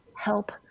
help